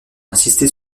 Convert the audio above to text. insister